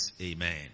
Amen